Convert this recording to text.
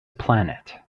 planet